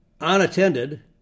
unattended